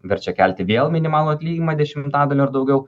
verčia kelti vėl minimalų atlyginimą dešimtadaliu ar daugiau